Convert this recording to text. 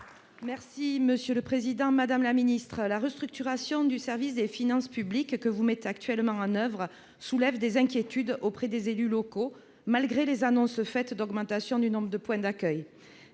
de l'économie et des finances. La restructuration du service des finances publiques que vous mettez actuellement en oeuvre soulève des inquiétudes auprès des élus locaux, malgré les annonces d'augmentation du nombre de points d'accueil.